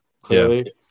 clearly